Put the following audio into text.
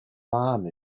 farm